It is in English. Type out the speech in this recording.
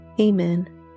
Amen